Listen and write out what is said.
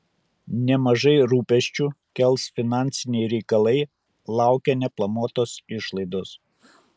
nemažai rūpesčių kels finansiniai reikalai laukia neplanuotos išlaidos